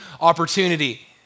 opportunity